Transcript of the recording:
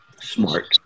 smart